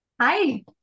hi